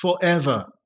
forever